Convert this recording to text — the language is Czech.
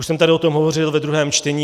Už jsem tady o tom hovořil ve druhém čtení.